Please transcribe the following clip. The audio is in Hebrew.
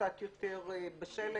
קצת יותר בשל,